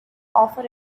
offer